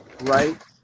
right